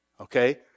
okay